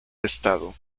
estado